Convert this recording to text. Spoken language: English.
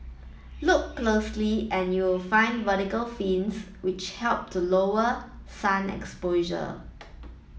look closely and you'll find vertical fins which help to lower sun exposure